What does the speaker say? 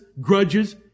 grudges